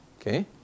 okay